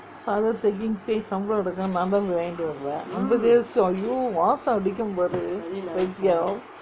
father taking pay சம்பளம் எடுத்தா நா தான் போய் வாங்கிட்டு வருவேன் அம்பது காசு:sambalam eduthaa naa thaan pooi vangitu varuvaen ambathu kaasu !aiyo! வாசம் அடிக்கும் பாரு:vaasam adikum paaru kuay teow